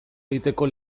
egiteko